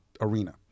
arena